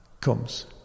comes